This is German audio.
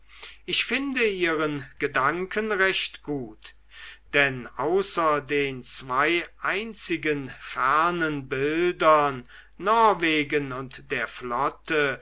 ich finde ihren gedanken recht gut denn außer den zwei einzigen fernen bildern norwegen und der flotte